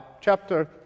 Chapter